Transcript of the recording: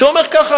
שאומר ככה,